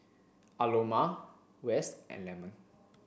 Aloma Wes and Lemon